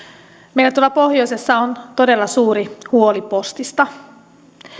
meillä tuolla pohjoisessa on todella suuri huoli postista